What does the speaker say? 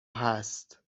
هست